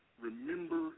remember